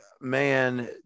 Man